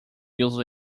use